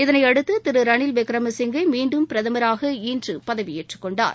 இதனையடுத்து திருரனில்விக்ரமசிங்கேமீண்டும் பிரதமராக இன்றுபதவியேற்றுக்கொண்டார்